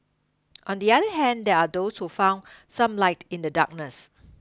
on the other hand there are those who found some light in the darkness